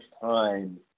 time